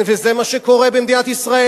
כן, וזה מה שקורה במדינת ישראל.